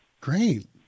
Great